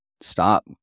stop